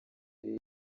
yari